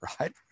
right